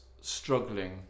struggling